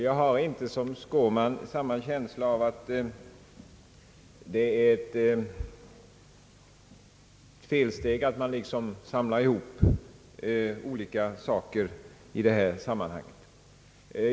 Jag har inte, såsom herr Skårman, någon känsla av att det skulle vara ett felsteg att samla ihop dessa frågor under samma hand.